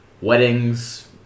weddings